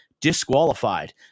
disqualified